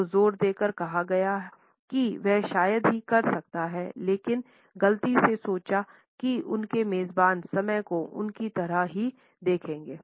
तो जोर देकर कहा कि वह शायद ही कर सकता हैउन्होंने गलती से सोचा कि उनके मेजबान समय को उनकी तरह ही देखेंगे